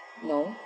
no